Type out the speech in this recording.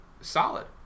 solid